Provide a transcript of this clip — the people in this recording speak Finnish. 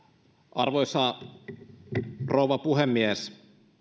arvoisa rouva puhemies